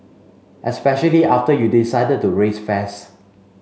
especially after you decided to raise fares